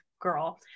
girl